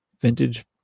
Vintage